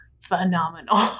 phenomenal